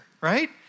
right